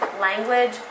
language